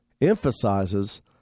emphasizes